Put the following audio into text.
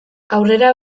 aurrera